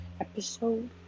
episode